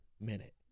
minute